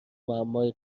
معمای